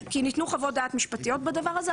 כי ניתנו חוות דעת משפטיות בדבר הזה,